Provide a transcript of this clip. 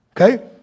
Okay